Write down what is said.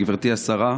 גברתי השרה,